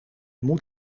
moet